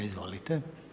Izvolite.